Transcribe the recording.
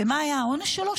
ומה היה החטא שלו?